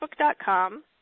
Facebook.com